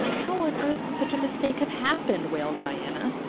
how on earth could such a mistake have happened? wailed diana.